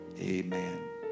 Amen